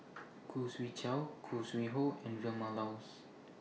Khoo Swee Chiow Khoo Sui Hoe and Vilma Laus